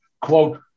quote